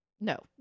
No